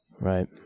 right